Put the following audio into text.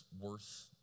worth